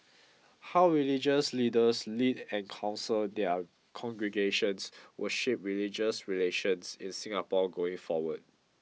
how religious leaders lead and counsel their congregations will shape religious relations in Singapore going forward